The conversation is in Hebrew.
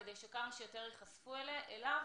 כדי שכמה שיותר ייחשפו אליו.